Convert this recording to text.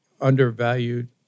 undervalued